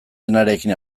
denarekin